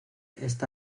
esta